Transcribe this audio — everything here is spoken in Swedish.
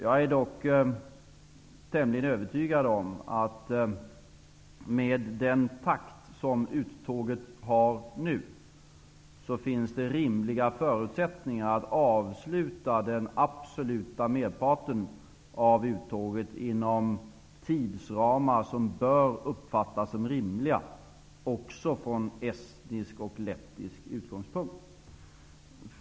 Jag är dock tämligen övertygad om att det, med den takt som uttåget nu har, finns förutsättningar att avsluta den absoluta merparten av uttåget inom tidsramar som bör uppfattas som rimliga, också från estnisk och lettisk utgångspunkt.